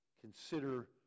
consider